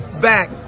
back